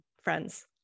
friends